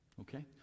okay